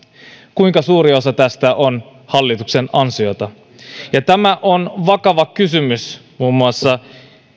kuinka suuri osa tästä on hallituksen ansiota ja tämä on vakava kysymys muun muassa